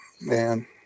man